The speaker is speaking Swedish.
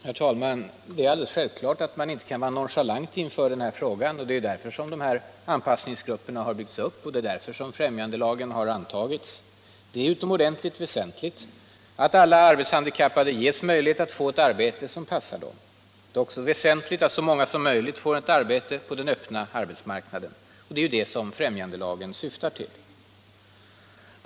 Herr talman! Det är alldeles självklart att man inte kan vara nonchalant inför den här frågan. Det är därför anpassningsgrupperna har byggts upp och främjandelagen har antagits. Det är utomordentligt väsentligt att ar betshandikappade ges möjligheter att få ett arbete som passar dem. Det är också väsentligt att så många som möjligt får arbeta på den öppna arbetsmarknaden. Och det är ju det som främjandelagen syftar till.